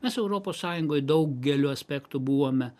mes europos sąjungoj daugeliu aspektų buvome